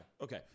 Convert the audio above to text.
Okay